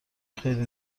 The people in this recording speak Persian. خیلی